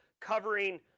covering